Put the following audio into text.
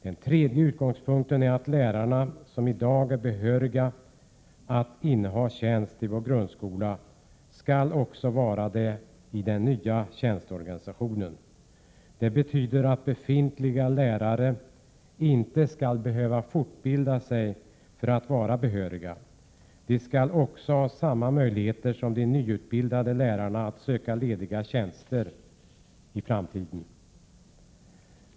Den tredje utgångspunkten är att lärarna som i dag är behöriga att inneha tjänst i vår grundskola skall vara det också i den nya tjänsteorganisationen. Det betyder att befintliga lärare inte skall behöva fortbilda sig för att vara behöriga. De skall också ha samma möjligheter som de nyutbildade lärarna att söka lediga tjänster i framtiden.